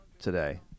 today